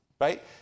right